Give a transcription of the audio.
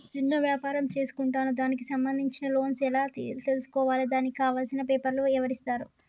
చిన్న వ్యాపారం చేసుకుంటాను దానికి సంబంధించిన లోన్స్ ఎలా తెలుసుకోవాలి దానికి కావాల్సిన పేపర్లు ఎవరిస్తారు?